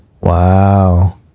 Wow